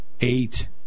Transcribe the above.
eight